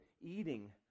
eating